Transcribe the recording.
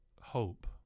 hope